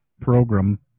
program